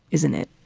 isn't it.